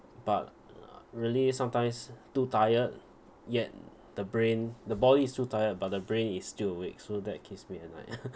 but really sometimes too tired yet the brain the body is too tired but the brain is still awake so that keeps me at night